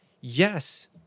Yes